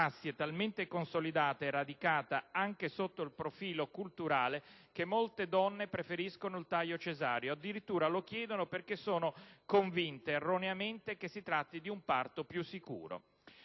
la prassi è talmente consolidata e radicata anche sotto il profilo culturale che molte donne preferiscono il taglio cesareo; addirittura lo chiedono perché sono convinte erroneamente che si tratti di un parto più sicuro.